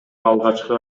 алгачкы